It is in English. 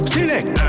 Select